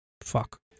fuck